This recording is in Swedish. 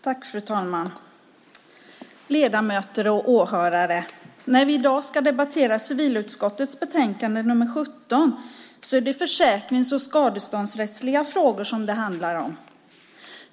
Fru talman! Ledamöter och åhörare! När vi i dag ska debattera civilutskottets betänkande nr 17 är det försäkringsfrågor och skadeståndsrättsliga frågor det handlar om.